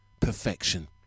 perfection